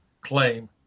claim